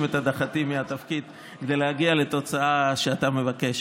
את הדחתי מהתפקיד כדי להגיע לתוצאה שאתה מבקש.